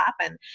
happen